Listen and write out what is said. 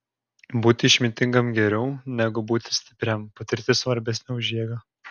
būti išmintingam geriau negu būti stipriam patirtis svarbesnė už jėgą